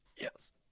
Yes